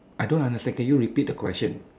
I don't understand can you repeat the question